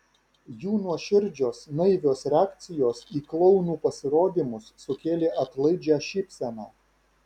jų nuoširdžios naivios reakcijos į klounų pasirodymus sukėlė atlaidžią šypseną